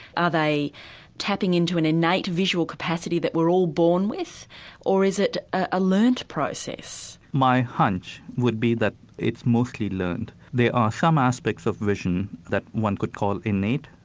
are they tapping into an innate visual capacity that we're all born with or is it a learned process? my hunch would be that it's mostly learned. there are some aspects of vision that one could call innate.